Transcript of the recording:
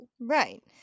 Right